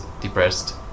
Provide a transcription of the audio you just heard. depressed